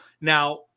Now